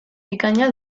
bikaina